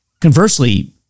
Conversely